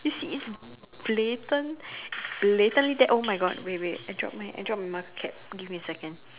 you it's blatant blatant that !oh-my-God! wait wait I drop my I drop my marker cap give me a second